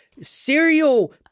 serial